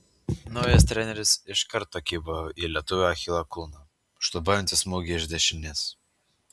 naujas treneris iš karto kibo į lietuvio achilo kulną šlubuojantį smūgį iš dešinės